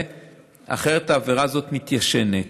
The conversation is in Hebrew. אחרת העבירה הזאת מתיישנת.